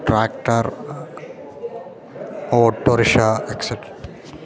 tractor auto rickshaw etcetera